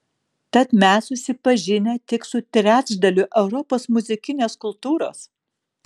tad mes susipažinę tik su trečdaliu europos muzikinės kultūros